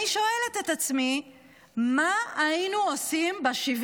אני שואלת את עצמי מה היינו עושים ב-70